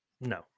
No